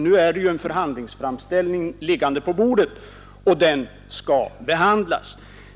Nu har vi en förhandlingsframställning liggande på bordet, och den skall behandlas.